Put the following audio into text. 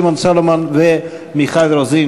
שמעון סולומון ומיכל רוזין,